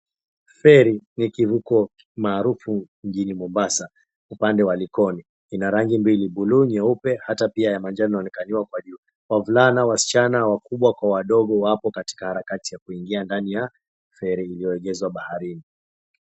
Feri ni kivuko maarufu mjini Mombasa upande wa Likoni ina rangi mbilii bluu, nyeupe na hata pia ya manjano inaonekawia kwa juu. Wavulana, wasichana, wakubwa kwa wadaogo wapo katika harakati ya kuingia ndani ya feri iliyoegezwa baharini.